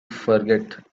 forget